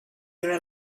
are